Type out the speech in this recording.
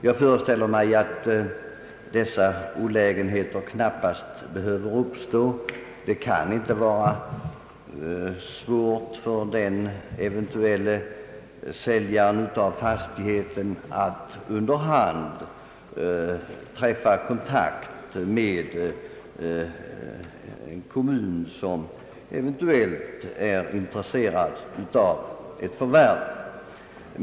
Jag föreställer mig att dessa olägenheter knappast behöver uppstå. Det kan inte vara svårt för den som vill sälja en fastighet att under hand ta kontakt med en kommun, som eventuellt är intresserad av ett förvärv.